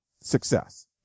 success